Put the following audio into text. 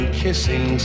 kissing